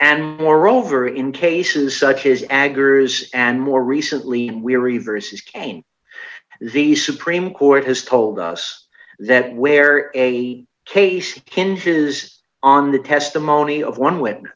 and moreover in cases such as aggers and more recently we reverses came the supreme court has told us that where a case kynges on the testimony of one w